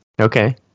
Okay